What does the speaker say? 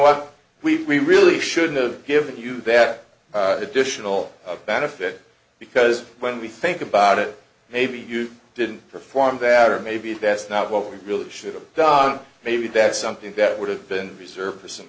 what we really should've given you better additional benefit because when we think about it maybe you didn't perform that or maybe that's not what we really should have done maybe that's something that would have been reserved for some